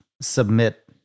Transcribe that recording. submit